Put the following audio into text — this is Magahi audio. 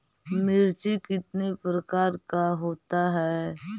मिर्ची कितने प्रकार का होता है?